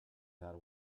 that